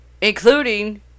Including